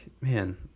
Man